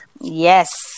Yes